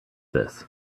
this